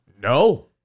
No